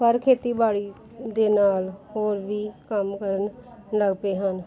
ਪਰ ਖੇਤੀਬਾੜੀ ਦੇ ਨਾਲ ਹੋਰ ਵੀ ਕੰਮ ਕਰਨ ਲੱਗ ਪਏ ਹਨ